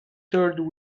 third